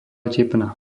tepna